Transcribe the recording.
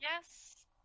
Yes